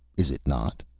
is it not?